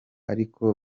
ariko